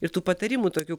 ir tų patarimų tokių